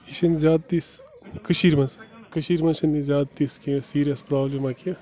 یہِ چھِنہٕ زیادٕ تِژھ کٔشیٖرِ منٛز کٔشیٖرِ مَنٛز چھَنہٕ یہِ زیادٕ تِژھ کیٚنٛہہ یہِ سیٖریَس پرٛابلِمہ کیٚنٛہہ